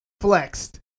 flexed